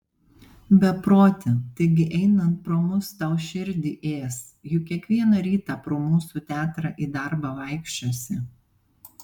beproti taigi einant pro mus tau širdį ės juk kiekvieną rytą pro mūsų teatrą į darbą vaikščiosi